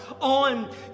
on